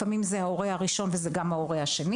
לפעמים מדובר גם באב וגם באם.